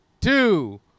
two